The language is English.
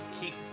keep